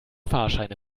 fahrscheine